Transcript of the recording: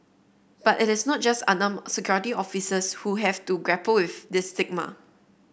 but it is not just unarmed security officers who have to grapple with this stigma